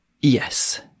Yes